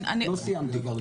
לא סיימתי.